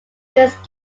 use